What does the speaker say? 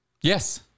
Yes